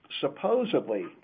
supposedly